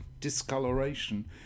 discoloration